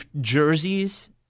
jerseys